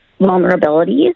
vulnerabilities